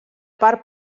part